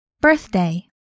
Birthday